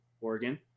Oregon